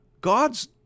God's